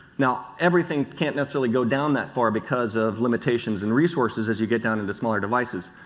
now, everything can't necessarily go down that far because of limitations in resources as you get down to the smaller devices,